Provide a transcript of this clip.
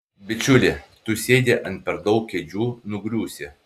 bičiuli tu sėdi ant per daug kėdžių nugriūsi